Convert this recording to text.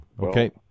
okay